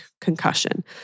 concussion